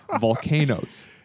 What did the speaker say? Volcanoes